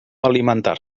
alimentar